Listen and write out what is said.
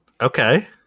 okay